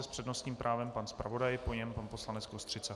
S přednostním právem pan zpravodaj, po něm pan poslanec Kostřica.